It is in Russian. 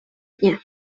дня